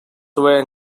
were